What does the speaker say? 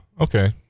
Okay